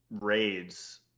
raids